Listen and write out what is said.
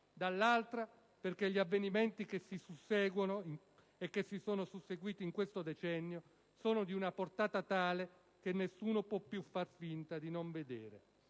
dall'altra perché gli avvenimenti che si sono susseguiti in questo decennio sono di una portata tale che nessuno può più far finta di non vedere.